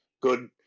good